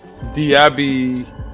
Diaby